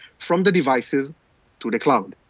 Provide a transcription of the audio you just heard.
from the devices to the cloud.